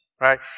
right